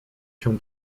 się